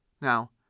Now